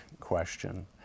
question